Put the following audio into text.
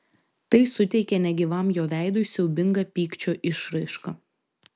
tai suteikė negyvam jo veidui siaubingą pykčio išraišką